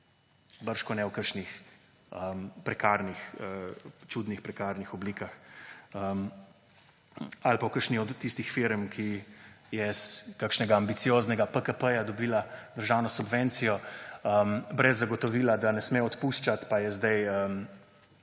bržkone v kakšnih čudnih prekarnih oblikah ali v kakšni od tistih firm, ki je iz kakšnega ambicioznega PKP dobila državno subvencijo brez zagotovila, da ne sme odpuščati, pa so zdaj